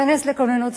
ניכנס לכוננות.